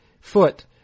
foot